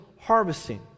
harvesting